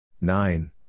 nine